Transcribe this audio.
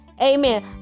Amen